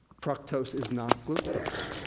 fructose is not glucose.